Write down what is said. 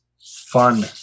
fun